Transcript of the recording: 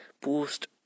post